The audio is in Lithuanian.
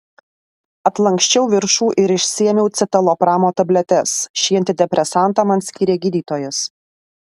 atlanksčiau viršų ir išsiėmiau citalopramo tabletes šį antidepresantą man skyrė gydytojas